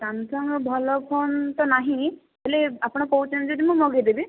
ସାମସଙ୍ଗର ଭଲ ଫୋନ ତ ନାହିଁ ହେଲେ ଆପଣ କହୁଛନ୍ତି ଯଦି ମୁଁ ମଗେଇଦେବି